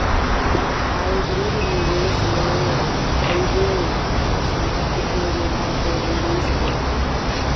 hybrid निवेश में कईगो सह संपत्ति के मिला के निवेश होत हवे